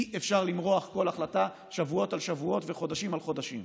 אי-אפשר למרוח כל החלטה שבועות על שבועות וחודשים על חודשים.